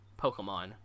Pokemon